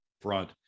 front